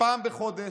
פעם בחודש,